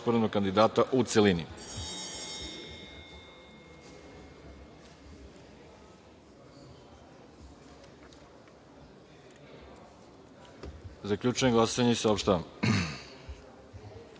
osporenog kandidata, u celini. Zaključujem glasanje i saopštavam: